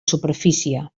superfície